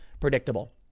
predictable